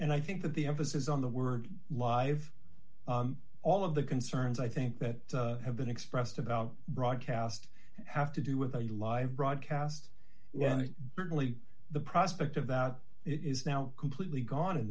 and i think that the emphasis on the word live all of the concerns i think that have been expressed about broadcast have to do with a live broadcast only the prospect of out it is now completely gone in